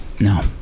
No